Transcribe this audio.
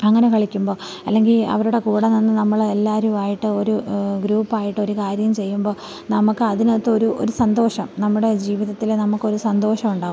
അങ്ങനെ കളിക്കുമ്പോൾ അല്ലെങ്കിൽ അവരുടെ കൂടെ നിന്ന് നമ്മൾ എല്ലാവരുമായിട്ട് ഒരു ഗ്രൂപ്പ് ആയിട്ട് ഒരു കാര്യം ചെയ്യുമ്പോൾ നമുക്ക് അതിനകത്തൊരു ഒരു സന്തോഷം നമ്മുടെ ജീവിതത്തിലെ നമുക്കൊരു സന്തോഷം ഉണ്ടാകും